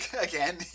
Again